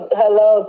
hello